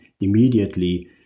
immediately